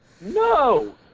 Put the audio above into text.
no